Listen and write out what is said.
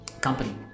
company